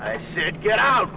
i said get out